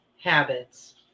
habits